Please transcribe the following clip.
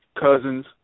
Cousins